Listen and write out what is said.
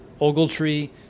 Ogletree